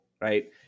right